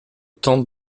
tente